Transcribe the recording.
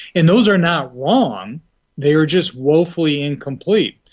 and those are not wrong they're just woefully incomplete.